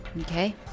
Okay